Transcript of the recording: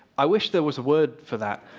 i wish there was a word for that.